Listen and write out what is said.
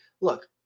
look